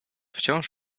wciąż